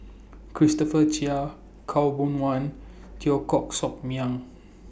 Christopher Chia Khaw Boon Wan Teo Koh Sock Miang